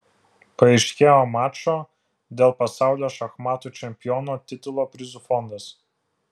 paaiškėjo mačo dėl pasaulio šachmatų čempiono titulo prizų fondas